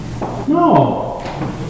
No